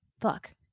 Fuck